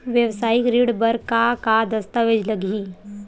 वेवसायिक ऋण बर का का दस्तावेज लगही?